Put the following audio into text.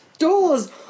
doors